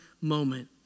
moment